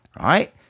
right